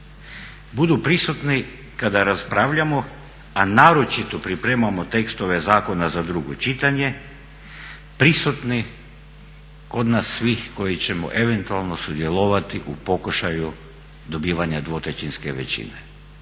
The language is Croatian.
budu prisutni kada raspravljamo a naročito pripremamo tekstove zakona za drugo čitanje prisutni kod nas svih koji ćemo eventualno sudjelovati u pokušaju dobivanja dvotrećinske većine.